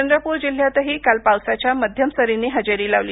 चंद्रपूर जिल्ह्यातही काल पावसाच्या मध्यम सरींनी हजेरी लावली